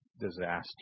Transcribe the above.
disaster